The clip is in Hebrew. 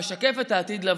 המשקף את העתיד לבוא.